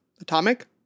atomic